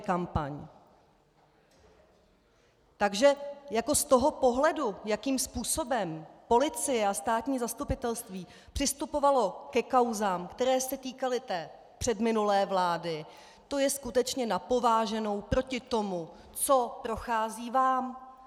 Z toho pohledu, jakým způsobem policie a státní zastupitelství přistupovaly ke kauzám, které se týkaly té předminulé vlády, to je skutečně na pováženou proti tomu, co prochází vám.